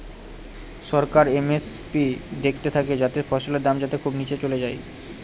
সরকার MSP দেখতে থাকে যাতে ফসলের দাম যাতে খুব নীচে চলে যায়